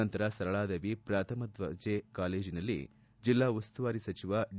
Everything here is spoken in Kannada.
ನಂತರ ಸರಳಾದೇವಿ ಪ್ರಥಮ ದರ್ಜೆ ಕಾಲೇಜು ಮೈದಾನದಲ್ಲಿ ಜಿಲ್ಲಾಉಸ್ತುವಾರಿ ಸಚಿವ ಡಿ